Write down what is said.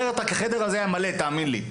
אחרת החדר הזה היה מלא, תאמין לי.